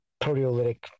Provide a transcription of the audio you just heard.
proteolytic